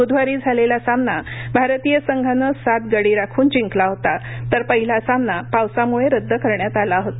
ब्धवारी झालेला सामना भारतीय संघानं सात गडी राखून जिंकला होता तर पहिला सामना पावसामुळे रद्द करण्यात आला होता